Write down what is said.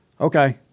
okay